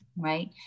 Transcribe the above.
Right